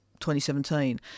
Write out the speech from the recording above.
2017